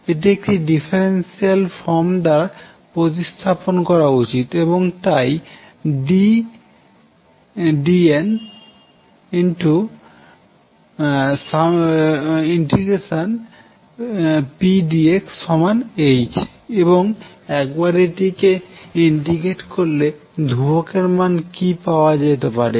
এটি একটি differential form দ্বারা প্রতিস্থাপন করা উচিত এবং তাই ddn∫pdxh এবং একবার এটিকে ইন্ট্রিগেট করলে ধ্রুবকের মান কি পাওয়া যেতে পারে